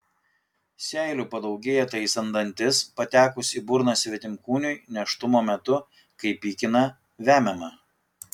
seilių padaugėja taisant dantis patekus į burną svetimkūniui nėštumo metu kai pykina vemiama